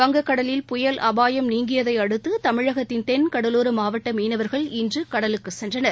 வங்கக் கடலில் புயல் அபாயம் நீங்கியதை அடுத்து தமிழகத்தின் தென் கடலோர மாவட்ட மீனவர்கள் இன்று கடலுக்கு சென்றனர்